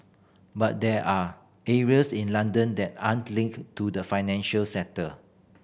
but there are areas in London that aren't linked to the financial sector